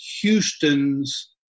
Houston's